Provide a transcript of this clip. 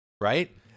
Right